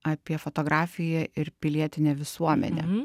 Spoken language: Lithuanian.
apie fotografiją ir pilietinę visuomenę